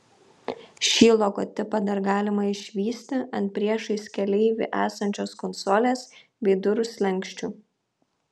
šį logotipą dar galima išvysti ant priešais keleivį esančios konsolės bei durų slenksčių